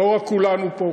לא רק כולנו פה,